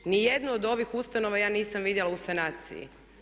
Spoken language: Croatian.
Niti jednu od ovih ustanova ja nisam vidjela u sanaciji.